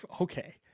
okay